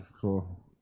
Cool